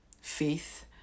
faith